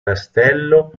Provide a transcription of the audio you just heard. castello